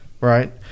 Right